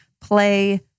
play